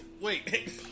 wait